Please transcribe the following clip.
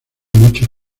muchos